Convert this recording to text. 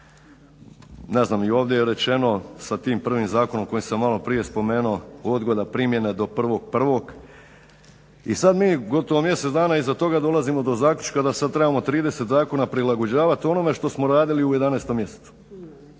ne znam ovdje je rečeno sa tim prvim zakonom koji sam malo prije spomenuo, odgode i primjena do 1.1. i sad mi gotovo mjesec dana iza toga dolazimo do zaključka da sad trebamo 30 zakona prilagođavat onome što smo radili u 11. mjesecu,